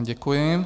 Děkuji.